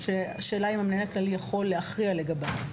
שהשאלה אם המנהל הכללי יכול להכריע לגביו.